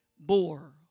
bore